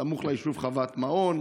סמוך ליישוב חוות מעון.